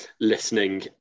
listening